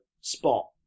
spot